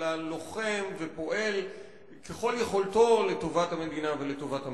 אלא לוחם ופועל ככל יכולתו לטובת המדינה ולטובת המערכת.